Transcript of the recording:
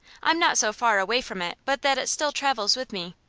i'm not so far away from it but that it still travels with me.